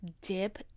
dip